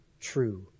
true